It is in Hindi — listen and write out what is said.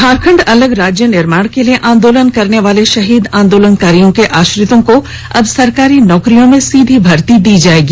झारखंड अलग राज्य निर्माण के लिए आंदोलन करने वाले शहीद आंदोलनकारियों के आश्रितों को अब सरकारी नौकरियों में सीधी भर्ती दी जाएगी